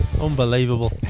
Unbelievable